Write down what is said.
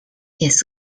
its